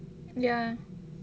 ya